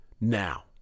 now